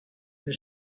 and